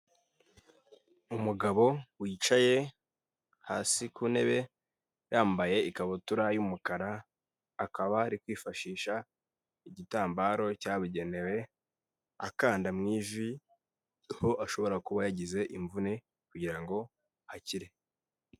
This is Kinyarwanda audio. umugabo wicaye hasi ku ntebe yambaye ikabutura y'umukara, akaba ari kwifashisha igitambaro cyabugenewe akanda mu ivi, aho ashobora kuba yagize imvune kugira ngo akire.